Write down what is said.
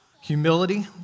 humility